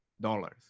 dollars